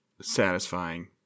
satisfying